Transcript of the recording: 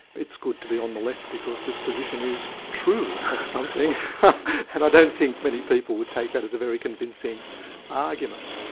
it's good to be on the left because this position is true of something and i don't think many people would take that as a very convincing argument.